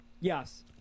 Yes